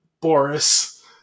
Boris